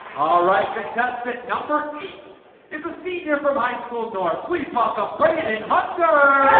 alright contestant number beats it's a seat here from high school north fleece mock up bring it in hunter